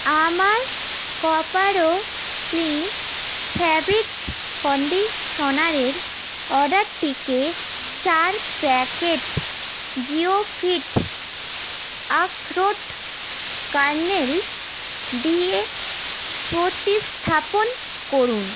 আমার কপার ও clean fabric কন্ডিশনারের অর্ডারটিকে চার প্যাকেট জিওফিট আখরোট কার্নেল দিয়ে প্রতিস্থাপন করুন